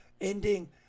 ending